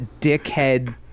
dickhead